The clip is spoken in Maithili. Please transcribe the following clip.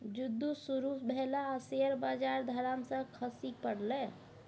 जुद्ध शुरू भेलै आ शेयर बजार धड़ाम सँ खसि पड़लै